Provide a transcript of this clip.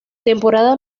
temporada